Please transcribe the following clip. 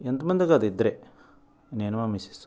ఎంతమంది కాదు ఇద్దరే నేను నా మిస్సెస్